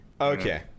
Okay